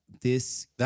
this-